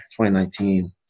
2019